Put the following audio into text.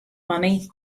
money